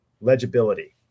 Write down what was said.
legibility